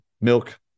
milk